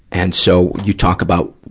and so, you talk about,